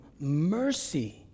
Mercy